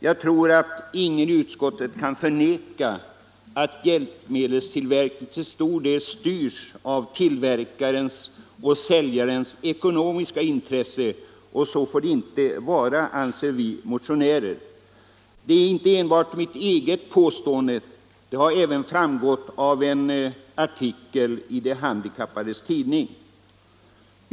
Jag tror inte att någon i utskottet kan förneka att hjälpmedelstillverkningen till stor del styrs av tillverkarens och säljarens ekonomiska intressen. Så får det inte vara, anser vi motionärer. Detta är inte enbart min egen ståndpunkt, utan den har framkommit även i en artikel i de handikappades tidning.